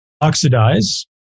oxidize